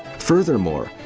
furthermore,